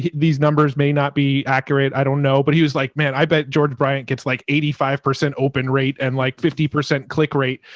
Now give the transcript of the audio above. these numbers may not be accurate. i don't know. but he was like, man, i bet george bryant gets like eighty five percent open rate and like fifty percent click rate.